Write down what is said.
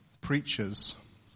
preachers